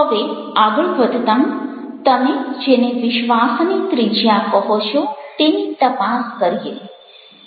હવે આગળ વધતાં તમે જેને વિશ્વાસની ત્રિજ્યા કહો છો તેની તપાસ કરીએ